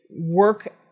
work